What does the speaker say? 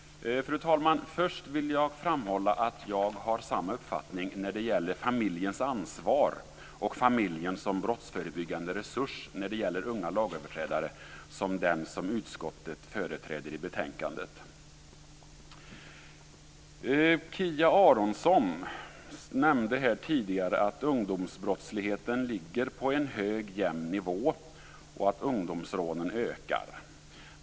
Fru talman! Först vill jag framhålla att jag har samma uppfattning om familjens ansvar och familjen som brottsförebyggande resurs när det gäller unga lagöverträdare som den som utskottet företräder i betänkandet. Kia Andreasson nämnde här tidigare att ungdomsbrottsligheten ligger på en hög, jämn nivå och att ungdomsrånen ökar.